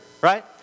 right